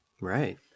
Right